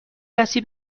کسی